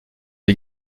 des